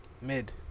Mid